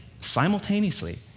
simultaneously